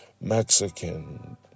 Mexican